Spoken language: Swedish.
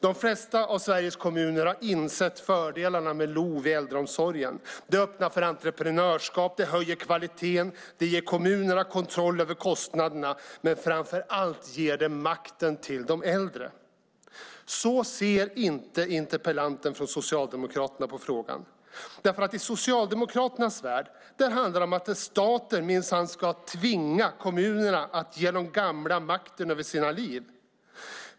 De flesta av Sveriges kommuner har insett fördelarna med LOV i äldreomsorgen. Det öppnar för entreprenörskap, det höjer kvaliteten och det ger kommunerna kontroll över kostnaderna. Men framför allt ger det makten till de äldre. Så ser inte interpellanten från Socialdemokraterna på frågan. I Socialdemokraternas värld handlar det om att staten minsann ska tvinga kommunerna att ge de gamla makten över sina liv.